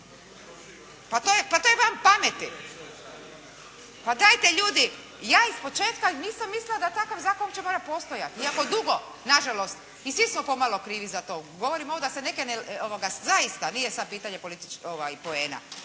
Pa to je van pameti. Pa dajte ljudi. Ja ispočetka nisam mislila da takav zakon će morati postojati, iako dugo, na žalost i svi smo pomalo krivi za to. Govorim ovo da se neke zaista, nije sad pitanje poena.